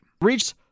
Reached